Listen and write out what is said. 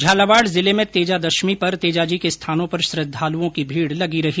झालावाड़ जिले में तेजा दशमली पर तेजाजी के स्थानों पर श्रद्वालुओं की भीड़ लगी रही